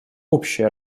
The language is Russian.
общая